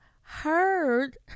heard